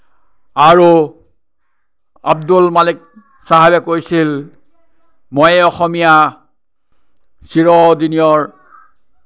আৰু আব্দুল মালিক চাহাবে কৈছিল মইয়ে অসমীয়া চিৰদিনৰ